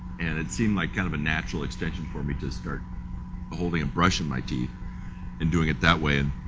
and it seemed like kind of a natural extension for me to start holding and brushing my teeth and doing it that way. and